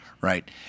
right